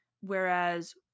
whereas